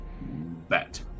bat